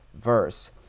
verse